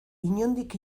inondik